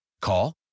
Call